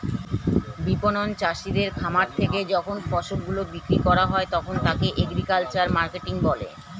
বিপণন চাষীদের খামার থেকে যখন ফসল গুলো বিক্রি করা হয় তখন তাকে এগ্রিকালচারাল মার্কেটিং বলে